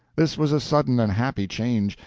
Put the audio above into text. this was a sudden and happy change,